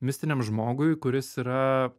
mistiniam žmogui kuris yra